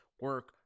Work